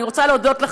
ואני רוצה להודות לך,